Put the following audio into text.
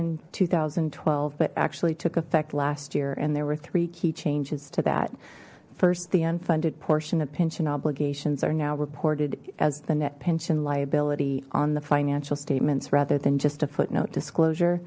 in two thousand and twelve but actually took effect last year and there were three key changes to that first the unfunded portion of pension obligations are now reported as the net pension liability on the financial statements rather than just a footnote disclosure